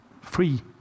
free